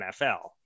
NFL